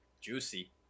juicy